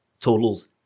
totals